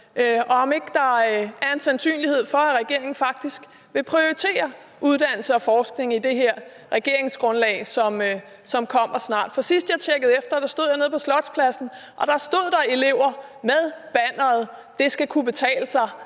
og om ikke der er en sandsynlighed for, at regeringen faktisk vil prioritere uddannelse og forskning i det her regeringsgrundlag, som kommer snart, for sidst, jeg tjekkede efter, stod jeg nede på slotspladsen, og der stod der elever med banneret: Det skal kunne betale sig